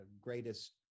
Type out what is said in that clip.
greatest